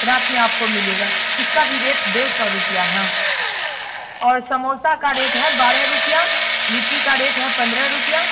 रात में आपको मिलेगा इसका भी रेट डेढ़ सौ रुपया है और समोसा का रेट है बारह रूपया लिट्टी का रेट है पंद्रह रूपया